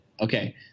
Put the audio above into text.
okay